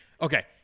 Okay